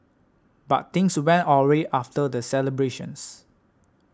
but things went awry after the celebrations